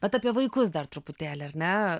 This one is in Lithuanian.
bet apie vaikus dar truputėlį ar ne